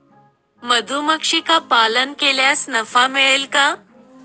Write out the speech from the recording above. मधुमक्षिका पालन केल्यास नफा मिळेल का?